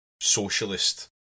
socialist